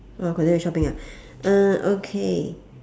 oh continue with shopping ah uh okay